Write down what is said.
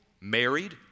married